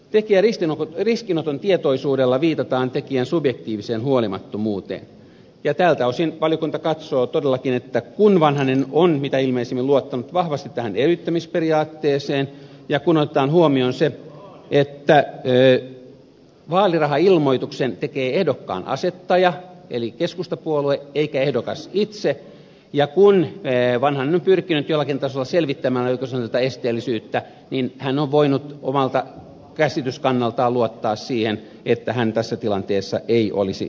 tekijän riskinoton tietoisuudella viitataan tekijän subjektiiviseen huolimattomuuteen ja tältä osin valtiokunta todellakin katsoo että kun vanhanen on mitä ilmeisimmin luottanut vahvasti tähän eriyttämisperiaatteeseen ja kun otetaan huomioon se että vaalirahailmoituksen tekee ehdokkaan asettaja eli keskustapuolue eikä ehdokas itse ja kun vanhanen on pyrkinyt jollakin tasolla selvittämään oikeuskanslerilta esteellisyyttä hän on voinut omalta käsityskannaltaan luottaa siihen että hän tässä tilanteessa ei olisi esteellinen